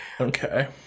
Okay